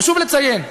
חשוב לציין: